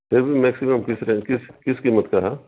پھر بھی میکسیمم کس رینج کس کس کیمت کا ہے